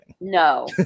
No